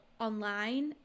online